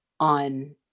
on